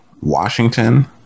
Washington